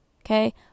Okay